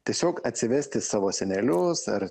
tiesiog atsivesti savo senelius ar